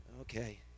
Okay